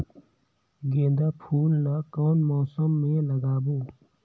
गेंदा फूल ल कौन मौसम मे लगाबो?